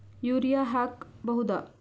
Urea ಹಾಕ್ ಬಹುದ?